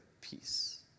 peace